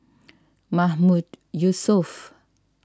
Mahmood Yusof